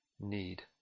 need